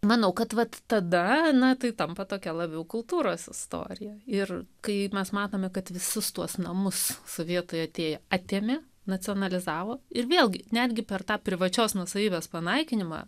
manau kad vat tada na tai tampa tokia labiau kultūros istorija ir kai mes matome kad visus tuos namus sovietai atėję atėmė nacionalizavo ir vėlgi netgi per tą privačios nuosavybės panaikinimą